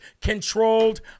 controlled